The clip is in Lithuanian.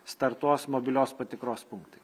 startuos mobilios patikros punktai